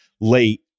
late